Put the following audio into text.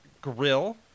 grill